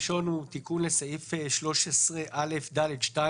תיקון לסעיף 13א(ד)(2).